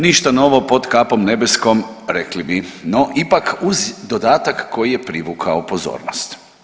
Ništa novo pod kapom nebeskom rekli bi, no ipak uz dodatak koji je privukao pozornost.